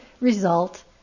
result